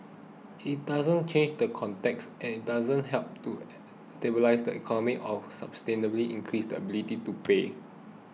it doesn't change the context it doesn't help to stabilise the economy or substantially increase its ability to pay